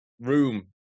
room